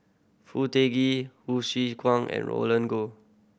Foo Tee Hsu Tse Kwang and Roland Goh